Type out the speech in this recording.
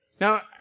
Now